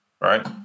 Right